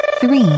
three